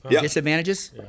disadvantages